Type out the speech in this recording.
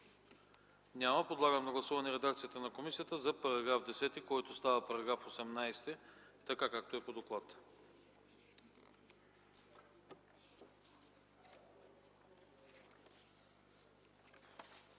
Няма. Подлагам на гласуване редакцията на комисията за § 13, който става § 21 така, както е по доклад.